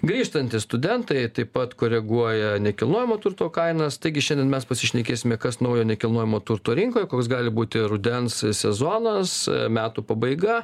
grįžtantys studentai taip pat koreguoja nekilnojamo turto kainas taigi šiandien mes pasišnekėsime kas naujo nekilnojamo turto rinkoj koks gali būti rudens sezonas metų pabaiga